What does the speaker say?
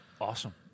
Awesome